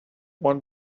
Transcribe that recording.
one